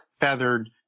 feathered